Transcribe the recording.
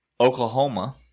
Oklahoma